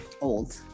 Old